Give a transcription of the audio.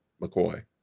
McCoy